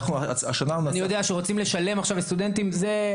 אני יודע שרוצים לשלם עכשיו לסטודנטים.